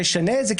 תשנה את זה,